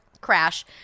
crash